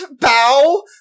bow